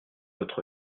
autre